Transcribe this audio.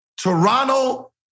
Toronto